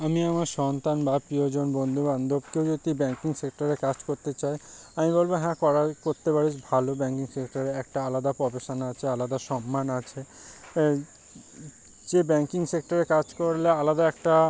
আমি আমার সন্তান বা প্রিয়জন বন্ধুবান্ধব কেউ যদি ব্যাঙ্কিং সেক্টরে কাজ করতে চায় আমি বলব হ্যাঁ করার করতে পারিস ভালো ব্যাঙ্কিং সেক্টরে একটা আলাদা প্রফেশান আছে আলাদা সম্মান আছে যে ব্যাঙ্কিং সেক্টরে কাজ করলে আলাদা একটা